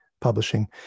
publishing